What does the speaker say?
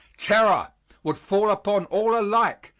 terror would fall upon all alike,